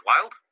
Wild